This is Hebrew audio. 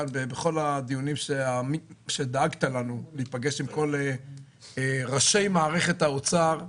כאן בכל הדיונים שדאגת לנו להיפגש עם כל ראשי מערכת האוצר,